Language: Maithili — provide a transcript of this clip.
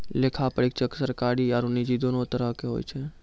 लेखा परीक्षक सरकारी आरु निजी दोनो तरहो के होय छै